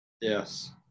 yes